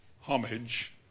homage